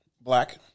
Black